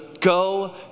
Go